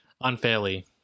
unfairly